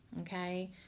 Okay